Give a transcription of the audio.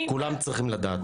כולם צריכים לדעת.